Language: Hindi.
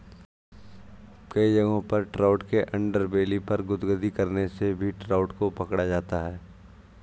कई जगहों पर ट्राउट के अंडरबेली पर गुदगुदी करने से भी ट्राउट को पकड़ा जाता है